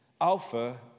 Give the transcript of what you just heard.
Alpha